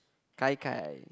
gai-gai